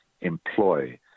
employ